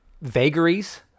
vagaries